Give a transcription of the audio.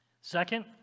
Second